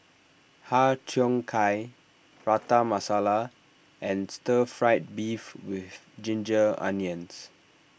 Har Cheong Gai Prata Masala and Stir Fried Beef with Ginger Onions